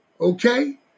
Okay